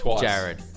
Jared